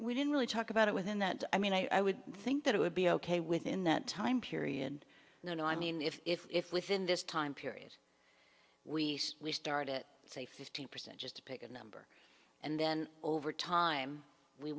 didn't really talk about it within that i mean i would think that it would be ok within that time period no no i mean if if within this time period we restart it say fifteen percent just to pick a number and then over time we